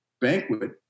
banquet